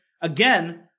again